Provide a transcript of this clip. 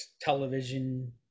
television